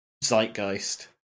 zeitgeist